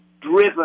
driven